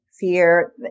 fear